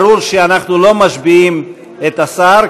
ברור שאנחנו לא משביעים את השר,